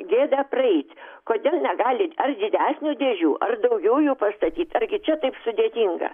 gėda praeit kodėl negali ar didesnių dėžių ar daugiau jų pastatyt argi čia taip sudėtinga